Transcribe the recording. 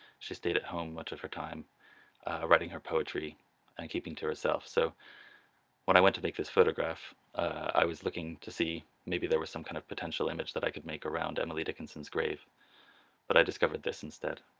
she stayed at home much of her time writing her poetry and keeping to herself, so when i went to make this photograph i was looking to see maybe there was some kind of potential image that i could make around emily dickinson's grave but i discovered this instead.